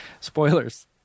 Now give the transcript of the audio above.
Spoilers